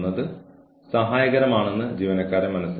അതിനാൽ ഉടനടി ജീവനക്കാരനെ പുറത്താക്കില്ല